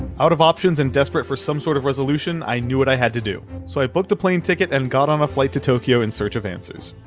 out of options and desperate for some sort of resolution, i knew what i had to do, so i booked a plane ticket and got on a flight to tokyo in search of answers.